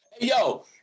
Yo